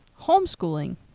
homeschooling